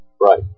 Right